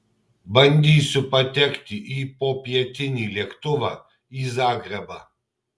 bandysiu patekti į popietinį lėktuvą į zagrebą